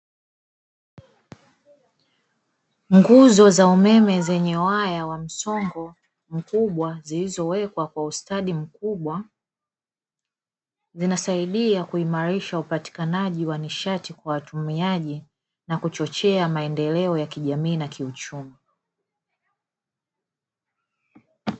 Nguzo za umeme zenye waya wa msongo mkubwa zilizowekwa kwa ustadi mkubwa, zinasaidia kuimarisha upatikanaji wa nishati kwa watumiaji na kuchochea maendeleo ya kijamii na kiuchumi.